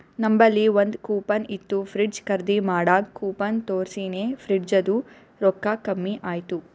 ನಂಬಲ್ಲಿ ಒಂದ್ ಕೂಪನ್ ಇತ್ತು ಫ್ರಿಡ್ಜ್ ಖರ್ದಿ ಮಾಡಾಗ್ ಕೂಪನ್ ತೋರ್ಸಿನಿ ಫ್ರಿಡ್ಜದು ರೊಕ್ಕಾ ಕಮ್ಮಿ ಆಯ್ತು